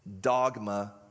dogma